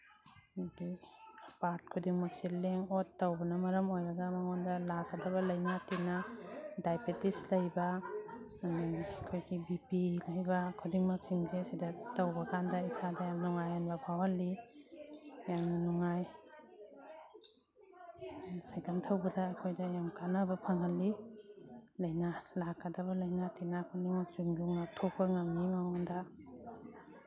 ꯑꯗꯒꯤ ꯄꯥꯔꯠ ꯈꯨꯗꯤꯡꯃꯛꯁꯤ ꯂꯦꯡ ꯑꯣꯠ ꯇꯧꯕꯅ ꯃꯔꯝ ꯑꯣꯏꯔꯒ ꯃꯉꯣꯟꯗ ꯂꯥꯛꯀꯗꯕ ꯂꯥꯏꯅꯥ ꯇꯤꯅꯥ ꯗꯥꯏꯕꯦꯇꯤꯁ ꯂꯩꯕ ꯑꯩꯈꯣꯏꯒꯤ ꯕꯤ ꯄꯤ ꯂꯩꯕ ꯈꯨꯗꯤꯡꯃꯛꯁꯤꯡꯁꯦ ꯁꯤꯗ ꯇꯧꯕꯀꯥꯟꯗ ꯏꯁꯥꯗ ꯌꯥꯝ ꯅꯨꯡꯉꯥꯏꯍꯟꯕ ꯐꯥꯎꯍꯜꯂꯤ ꯌꯥꯝꯅ ꯅꯨꯡꯉꯥꯏ ꯁꯥꯏꯀꯟ ꯊꯧꯕꯗ ꯑꯩꯈꯣꯏꯗ ꯌꯥꯝ ꯀꯥꯟꯅꯕ ꯐꯪꯍꯜꯂꯤ ꯂꯥꯏꯅꯥ ꯂꯥꯛꯀꯗꯕ ꯂꯥꯏꯅꯥ ꯇꯤꯅꯥ ꯄꯨꯝꯅꯃꯛꯁꯤꯡꯗꯨ ꯉꯥꯛꯊꯣꯛꯄ ꯉꯝꯃꯤ ꯃꯉꯣꯟꯗ